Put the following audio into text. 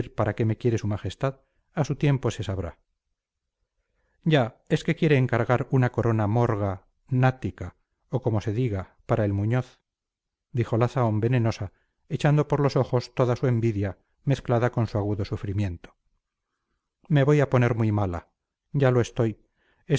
para qué me quiere su majestad a su tiempo se sabrá ya es que quiere encargar una corona morga nática o como se diga para el muñoz dijo la zahón venenosa echando por los ojos toda su envidia mezclada con su agudo sufrimiento me voy a poner muy mala ya lo estoy